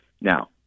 Now